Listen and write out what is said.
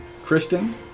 Kristen